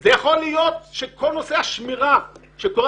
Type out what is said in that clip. זה יכול להיות שכל נושא השמירה שיש